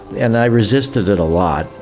and i resisted it a lot.